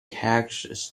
characters